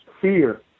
fear